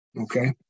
okay